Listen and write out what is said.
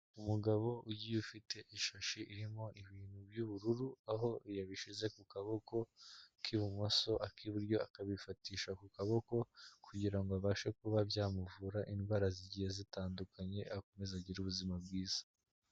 Umugabo ugiye ufite ishashi irimo ibintu by'ubururu aho yabishyize ku kaboko k'ibumoso, ak'iburyo akabifatisha ku kaboko kugira abashe kuba byamuvura indwara zigiye zitandukanye akomeza agira ubuzima bwiza.